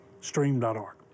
stream.org